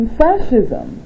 fascism